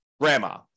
grandma